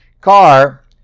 car